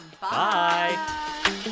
Bye